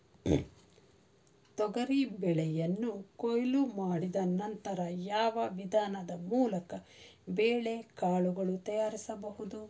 ತೊಗರಿ ಬೇಳೆಯನ್ನು ಕೊಯ್ಲು ಮಾಡಿದ ನಂತರ ಯಾವ ವಿಧಾನದ ಮೂಲಕ ಬೇಳೆಕಾಳು ತಯಾರಿಸಬಹುದು?